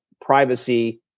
privacy